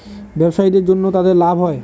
ব্যবসায়ীদের জন্য তাদের লাভ হয়